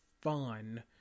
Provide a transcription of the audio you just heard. fun